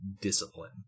discipline